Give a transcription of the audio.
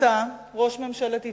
אתה, ראש ממשלת איטליה,